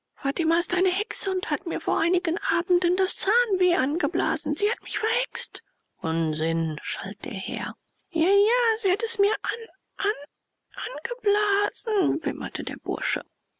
fatima ist eine hexe und hat mir vor einigen abenden das zahnweh angeblasen sie hat mich verhext unsinn schalt der herr jaa sie hat es mir anangeblaasen wimmerte der bursche